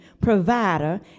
provider